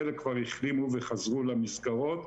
חלק כבר החלימו וחזרו למסגרות,